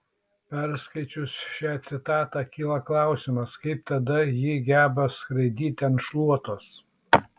perskaičius šią citatą kyla klausimas kaip tada ji geba skraidyti ant šluotos